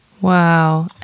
Wow